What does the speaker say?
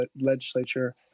legislature